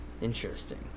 Interesting